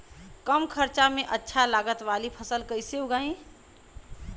कम खर्चा में अच्छा लागत वाली फसल कैसे उगाई?